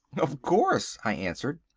of course, i answered.